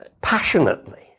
passionately